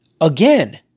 Again